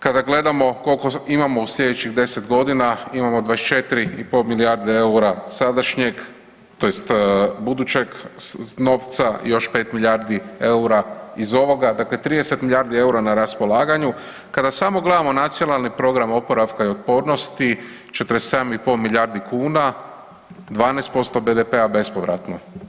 Kada gledamo koliko imamo u sljedećih deset godina imamo 24,5 milijarde eura sadašnjeg tj. budućeg novca i još 5 milijardi eura iz ovoga, dakle 30 milijardi eura na raspolaganju, kada samo gledamo Nacionalni programa oporavka i otpornosti 47,5 milijardi kuna 12% BDP-a bespovratno.